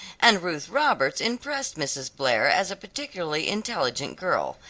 and ruth roberts impressed mrs. blair as a particularly intelligent girl,